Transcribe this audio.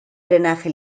drenaje